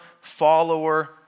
follower